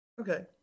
Okay